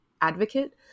advocate